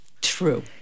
True